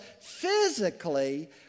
physically